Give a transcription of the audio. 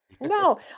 No